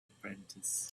apprentice